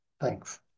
Thanks